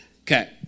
Okay